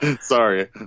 sorry